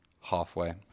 halfway